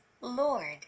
Lord